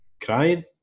crying